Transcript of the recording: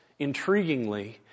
intriguingly